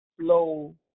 flow